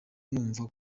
numva